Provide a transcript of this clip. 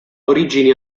origini